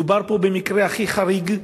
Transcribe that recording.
מדובר פה במקרה הכי חריג,